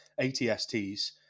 ATSTs